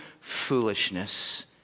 foolishness